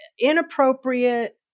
inappropriate